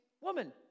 woman